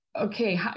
okay